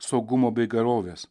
saugumo bei gerovės